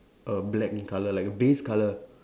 a black in colour like a base colour